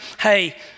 Hey